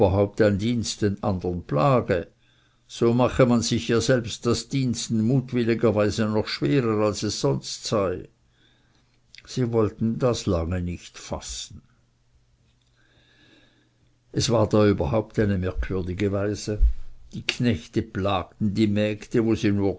dienst den andern plage so mache man sich ja selbst das dienen mutwilligerweise noch schwerer als es sonst sei sie wollten das lange nicht fassen es war überhaupt da eine merkwürdige weise die knechte plagten die mägde wo sie nur